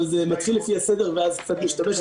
אבל זה מתחיל לפי הסדר ואז קצת משתבש.